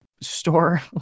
store